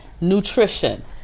Nutrition